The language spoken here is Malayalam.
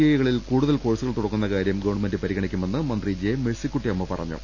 ഐകളിൽ കൂടുതൽ കോഴ്സുകൾ തുടങ്ങുന്ന കാര്യം ഗവൺമെന്റ് പരിഗണിക്കുമെന്ന് മന്ത്രി ജെ മേഴ്സിക്കുട്ടിയമ്മ പറ ഞ്ഞു